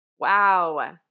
Wow